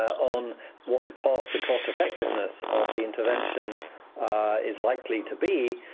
on what the cost, the cost-effectiveness of the intervention is likely to be,